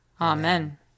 Amen